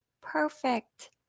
Perfect